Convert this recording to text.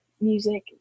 music